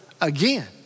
again